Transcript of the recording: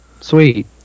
Sweet